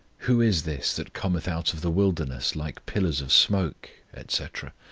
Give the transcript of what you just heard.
who is this that cometh out of the wilderness like pillars of smoke, etc?